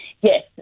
Yes